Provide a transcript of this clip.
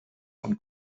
von